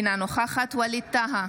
אינה נוכחת ווליד טאהא,